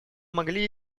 могли